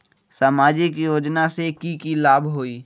सामाजिक योजना से की की लाभ होई?